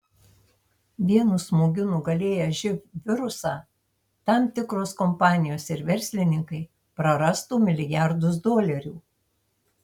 vienu smūgiu nugalėję živ virusą tam tikros kompanijos ir verslininkai prarastų milijardus dolerių